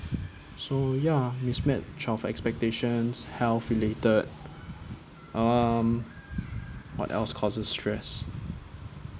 so ya mismatch of expectations health related um what else causes stress